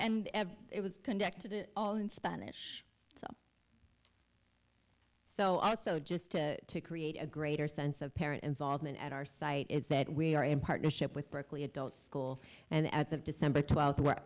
and it was conducted all in spanish so i also just to create a greater sense of parent involvement at our site is that we are in partnership with berkeley adult school and as of december twelfth we're